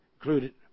included